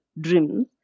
dreams